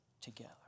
together